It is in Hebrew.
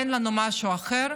אין לנו משהו אחר.